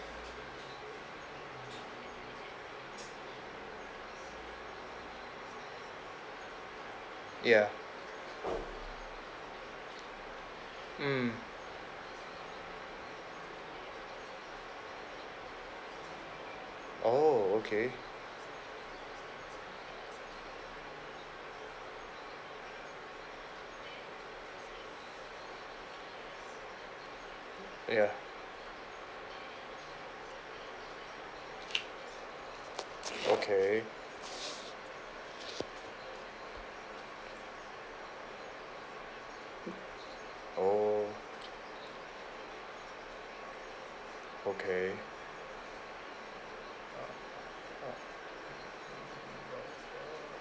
ya mm oh okay ya okay oh okay